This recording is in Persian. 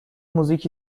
موزیکی